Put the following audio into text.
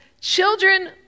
Children